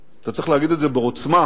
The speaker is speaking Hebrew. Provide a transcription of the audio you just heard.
אתה צריך להגיד את זה בעוצמה